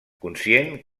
conscient